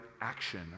action